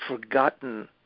forgotten